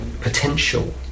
potential